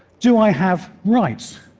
do i have rights?